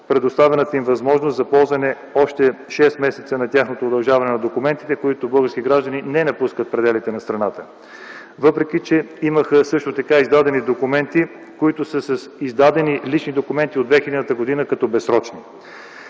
предоставената им възможност за ползване още шест месеца на тяхното удължаване на документите, които български граждани не напускат пределите на страната, въпреки, че имаха също така издадени документи, които са с издадени лични документи от 2000 г. като безсрочни.